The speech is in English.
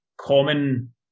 common